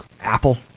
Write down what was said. Apple